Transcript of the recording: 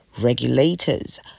regulators